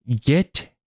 get